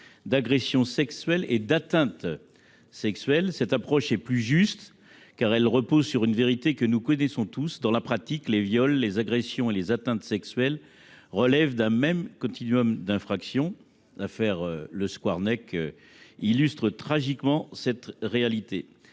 agression sexuelle ou d’une atteinte sexuelle. Cette approche est plus juste, car elle repose sur une vérité que nous connaissons tous. Dans la pratique, les viols, les agressions et les atteintes sexuelles relèvent d’un même continuum d’infractions ; l’affaire Joël Le Scouarnec illustre tragiquement cette réalité.